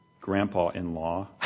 grandpa-in-law